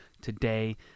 today